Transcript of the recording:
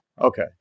Okay